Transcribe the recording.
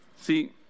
See